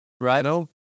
Right